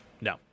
No